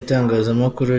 itangazamakuru